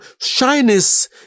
shyness